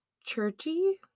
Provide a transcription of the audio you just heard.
churchy